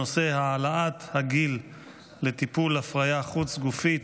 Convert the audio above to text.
הנושא: העלאת הגיל לטיפול הפריה חוץ-גופית,